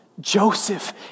Joseph